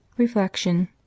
reflection